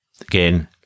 again